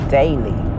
daily